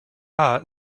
are